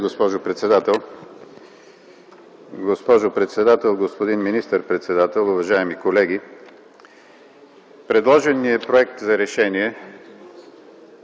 госпожо председател. Госпожо председател, господин министър-председател, уважаеми колеги! Предложен ни е проект за решение,